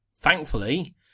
thankfully